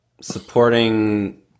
supporting